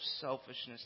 selfishness